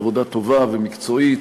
ועבודה טובה ומקצועית,